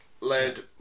Led